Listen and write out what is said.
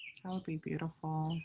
be beautiful.